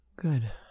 Good